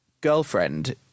girlfriend